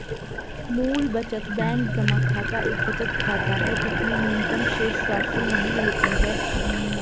मूल बचत बैंक जमा खाता एक बचत खाता है जिसमें न्यूनतम शेषराशि नहीं होती है